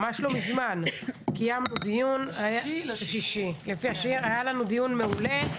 ממש לא מזמן, קיימנו דיון, היה לנו דיון מעולה.